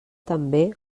també